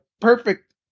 perfect